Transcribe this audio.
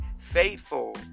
faithful